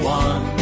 one